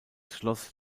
schloss